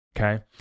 okay